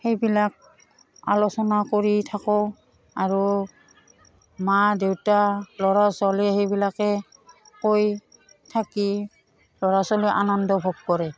সেইবিলাক আলোচনা কৰি থাকোঁ আৰু মা দেউতা ল'ৰা ছোৱালীয়ে সেইবিলাকে কৈ থাকি ল'ৰা ছোৱালীয়ে আনন্দ ভোগ কৰে